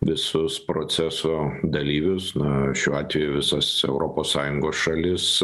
visus proceso dalyvius na šiuo atveju visas europos sąjungos šalis